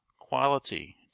quality